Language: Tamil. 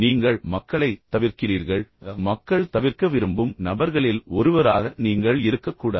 நீங்கள் மக்களைத் தவிர்க்கிறீர்கள் என்பது உங்களுக்குத் தெரியும் மக்கள் தவிர்க்க விரும்பும் நபர்களில் ஒருவராக நீங்கள் இருக்கக்கூடாது